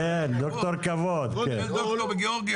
אבל זה ייקח זמן והעיריות יצליחו לשלב את זה בסופו של דבר.